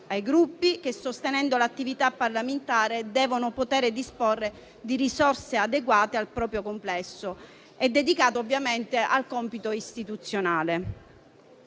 i quali, sostenendo l'attività parlamentare, devono poter disporre di risorse adeguate al proprio complesso e delicato compito istituzionale.